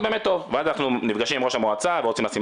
ואז אנחנו נפגשים עם ראש המועצה ורוצים לשים